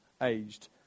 aged